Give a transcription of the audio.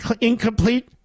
incomplete